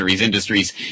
industries